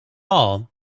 all